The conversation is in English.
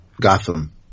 Gotham